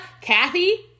Kathy